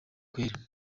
kweli